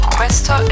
questo